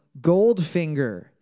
Goldfinger